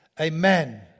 Amen